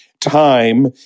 time